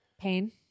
pain